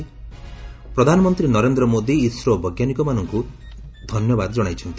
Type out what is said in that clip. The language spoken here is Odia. ପ୍ରଧାନମନ୍ତ୍ରୀ ନରେନ୍ଦ୍ର ମୋଦି ଇସ୍ରୋ ବୈଜ୍ଞାନିକମାନଙ୍କୁ ଧନ୍ୟବାଦ ଜଣାଇଛନ୍ତି